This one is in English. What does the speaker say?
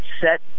set